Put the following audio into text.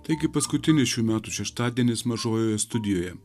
taigi paskutinis šių metų šeštadienis mažojoje studijoje